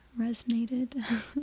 resonated